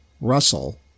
Russell